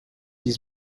his